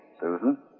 Susan